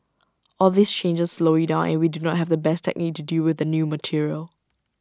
all these changes slow you down and we do not have the best technique to deal with the new material